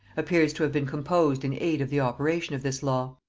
appears to have been composed in aid of the operation of this law.